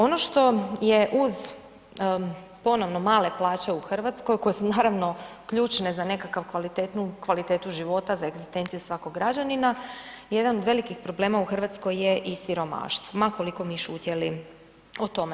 Ono što je uz ponovno male plaće u Hrvatskoj koje su naravno ključne za nekakav kvalitetnu, kvalitetu života za egzistencije svakog građanina, jedan od velikih problema u Hrvatskoj je i siromaštvo ma koliko mi šutjeli o tome.